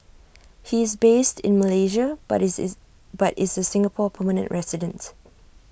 he is based in Malaysia but is but is A Singapore permanent resident